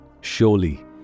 Surely